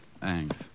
thanks